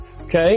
Okay